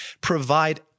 provide